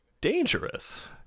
dangerous